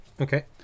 Okay